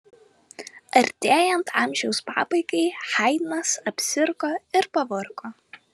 artėjant amžiaus pabaigai haidnas apsirgo ir pavargo